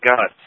God